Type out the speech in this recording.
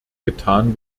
getan